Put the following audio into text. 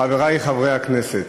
חברי חברי הכנסת,